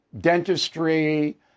dentistry